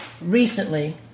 Recently